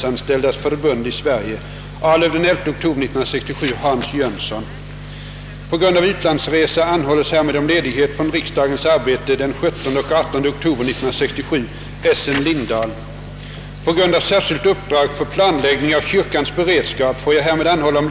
Den i lagen angivna sexveckorstiden har genom upprepade anståndsbeslut överskridits med månader och till och med år. Genom JO:s framställning till Kungl. Maj:t den 10 augusti i år har frågan aktualiserats och den har ytterligare belysts genom den följande diskussionen i press och etermedia. De långa dröjsmålen med rättspsykiatriska undersökningar inger ur flera synpunkter allvarliga bekymmer.